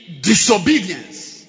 disobedience